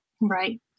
Right